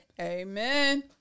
amen